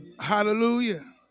hallelujah